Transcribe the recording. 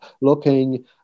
looking